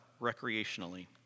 recreationally